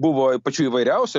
buvo pačių įvairiausių